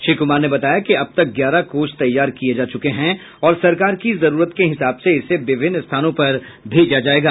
श्री कुमार ने बताया कि अब तक ग्यारह कोच तैयार किये जा चुके हैं और सरकार की जरूरत के हिसाब से इसे विभिन्न स्थानों पर भेजा जायेगा